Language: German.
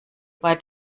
bei